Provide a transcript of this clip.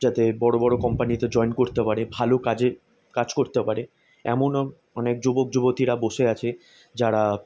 যাতে বড়ো বড়ো কোম্পানিতে জয়েন করতে পারে ভালো কাজে কাজ করতে পারে এমনও অনেক যুবক যুবতীরা বসে আছে যারা